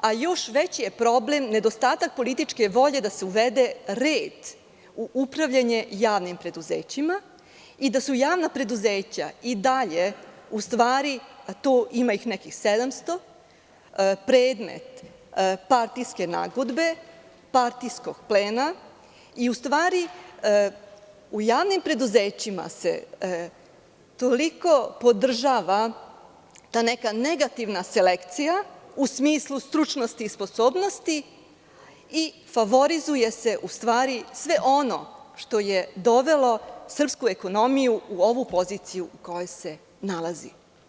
a još veći je problem nedostatak političke volje da se uvede red u upravljanje javnim preduzećima i da su javna preduzeća i dalje, ima ih 700, predmet partijske nagodbe, partijskog plena i, u stvari, u javnim preduzećima se toliko podržava ta neka negativna selekcija, u smislu stručnosti i sposobnosti i favorizuje se sve ono što je dovelo srpsku ekonomiju u ovu poziciju u kojoj se nalazi.